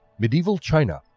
medieval china